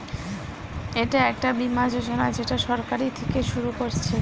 এটা একটা বীমা যোজনা যেটা সরকার থিকে শুরু করছে